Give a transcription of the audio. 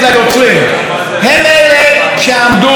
הם אלה שעמדו למול עינינו.